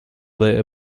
later